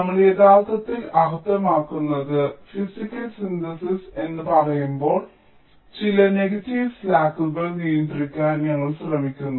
നമ്മൾ യഥാർത്ഥത്തിൽ അർത്ഥമാക്കുന്നത് ഫിസിക്കൽ സിന്തസിസ് എന്ന് പറയുമ്പോൾ ചില നെഗറ്റീവ് സ്ലാക്കുകൾ നിയന്ത്രിക്കാൻ ഞങ്ങൾ ശ്രമിക്കുന്നു